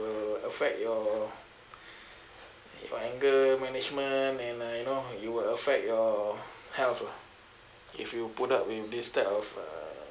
will affect your your anger management and uh you know you will affect your health lah if you put up with this type of uh